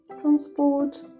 transport